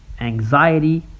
anxiety